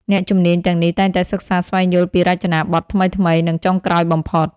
អ្នកជំនាញទាំងនេះតែងតែសិក្សាស្វែងយល់ពីរចនាប័ទ្មថ្មីៗ និងចុងក្រោយបំផុត។